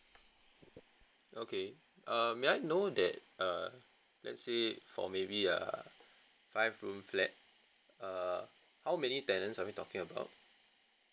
okay err may I know that err let's say for maybe a five room flat err how many tenants are we talking about